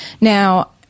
now